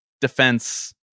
defense